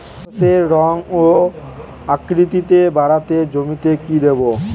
ঢেঁড়সের রং ও আকৃতিতে বাড়াতে জমিতে কি দেবো?